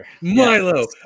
Milo